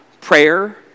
prayer